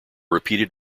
repeated